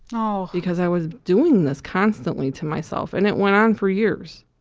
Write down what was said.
oh. because i was doing this constantly to myself. and it went on for years.